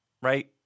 right